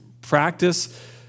practice